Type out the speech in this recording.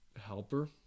Helper